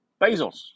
Bezos